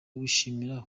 wishimira